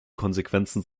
konsequenzen